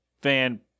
fan